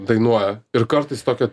dainuoja ir kartais tokia